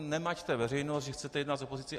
Nemaťte veřejnost, že chcete jednat s opozicí.